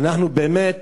אנחנו באמת